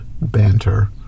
banter